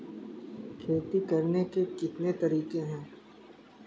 खेती करने के कितने तरीके हैं?